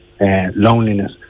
loneliness